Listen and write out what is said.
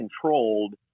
controlled